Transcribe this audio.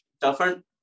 different